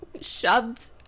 shoved